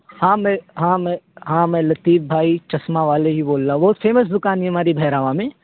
ہاں میں ہاں میں ہاں میں لطیف بھائی چشمہ والے ہی بول رہا ہوں بہت فیمس دکان ہے ہماری بھیراواں میں